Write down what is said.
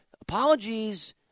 apologies